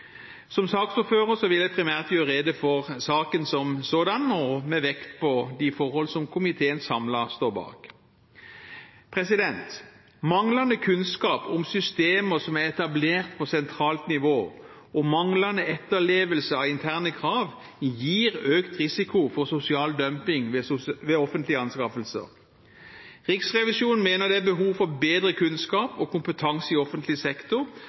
saken som sådan, med vekt på de forhold som komiteen samlet står bak. Manglende kunnskap om systemer som er etablert på sentralt nivå, og manglende etterlevelse av interne krav gir økt risiko for sosial dumping ved offentlige anskaffelser. Riksrevisjonen mener det er behov for bedre kunnskap og kompetanse i offentlig sektor